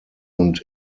und